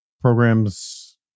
programs